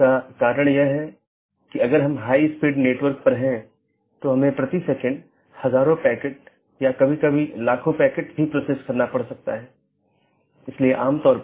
इसलिए हमारा मूल उद्देश्य यह है कि अगर किसी ऑटॉनमस सिस्टम का एक पैकेट किसी अन्य स्थान पर एक ऑटॉनमस सिस्टम से संवाद करना चाहता है तो यह कैसे रूट किया जाएगा